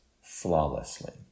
flawlessly